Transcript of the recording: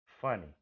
funny